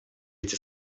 эти